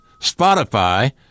Spotify